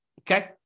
Okay